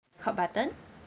hot button